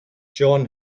john